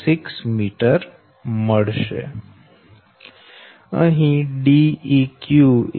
Dca13 અને Dab dab